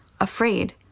Afraid